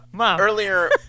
earlier